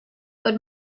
would